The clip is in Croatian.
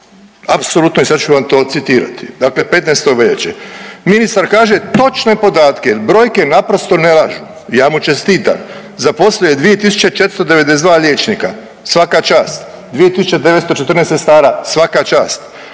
apsolutno i sad ću vam to citirati. Dakle 15. veljače ministar kaže točne podatke, brojke naprosto ne lažu, ja mu čestitam, zaposlio je 2.492 liječnika, svaka čast, 2.914 sestara, svaka čast,